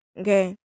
okay